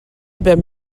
ben